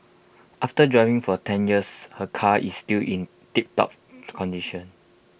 after driving for ten years her car is still in tiptop condition